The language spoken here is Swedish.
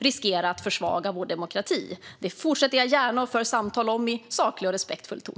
Det menar jag och regeringen, och det fortsätter jag gärna att föra samtal om i saklig och respektfull ton.